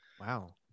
Wow